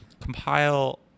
compile